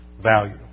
value